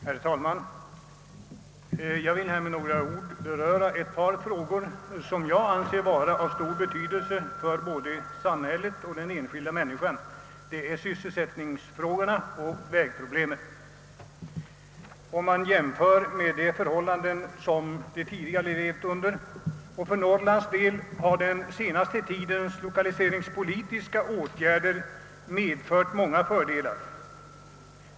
Herr talman! Jag vill här med några ord beröra ett par frågor som jag anser vara av stor betydelse för både samhället och den enskilda människan. Det gäller sysselsättningsfrågorna och vägproblemen. Om man jämför med de förhållanden, under vilka vi tidigare levat, har för Norrlands del den senaste tidens lokaliseringspolitiska åtgärder medfört många fördelar.